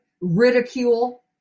ridicule